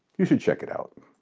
you should check it out.